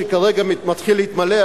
שכרגע מתחיל להתמלא,